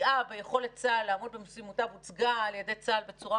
מפגיעה ביכולת צה"ל לעמוד במשימותיו הוצגה על-ידי צה"ל בצורה